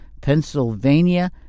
Pennsylvania